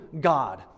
God